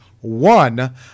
one